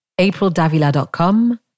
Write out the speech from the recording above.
aprildavila.com